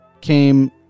came